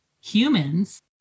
humans